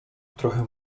trochę